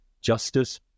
justice